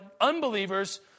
unbelievers